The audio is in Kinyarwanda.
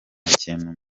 kintu